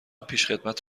پیشخدمت